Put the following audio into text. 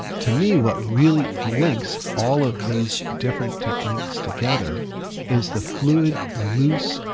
to me, what really links all of these different techniques together is the fluid, loose,